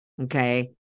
Okay